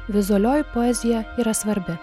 vizualioji poezija yra svarbi